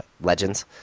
legends